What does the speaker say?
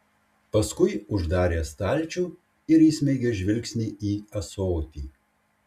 paskui uždarė stalčių ir įsmeigė žvilgsnį į ąsotį